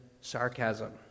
sarcasm